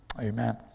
amen